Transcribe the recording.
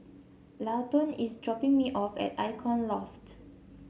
Llawton is dropping me off at Icon Loft